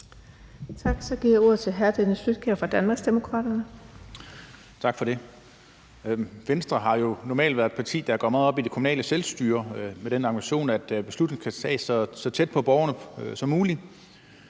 Tak. Så giver jeg ordet til hr. Dennis Flydtkjær fra Danmarksdemokraterne. Kl. 19:21 Dennis Flydtkjær (DD): Tak for det. Venstre har jo normalt været et parti, der går meget op i det kommunale selvstyre med den ambition, at beslutningerne skal tages så tæt på borgerne som muligt,